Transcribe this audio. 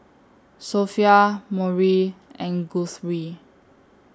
Sophia Maury and Guthrie